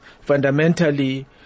fundamentally